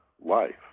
life